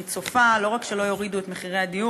אני צופה שלא רק שהם לא יורידו את מחירי הדיור,